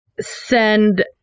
send